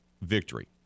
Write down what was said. victory